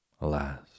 Alas